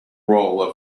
role